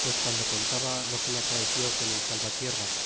pues guando contaba lo que le acaeció con el salvatierra